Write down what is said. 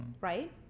Right